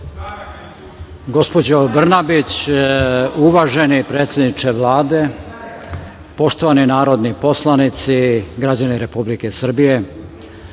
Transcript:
Gospođo Brnabić, uvaženi predsedniče Vlade, poštovani narodni poslanici, građani Republike Srbije,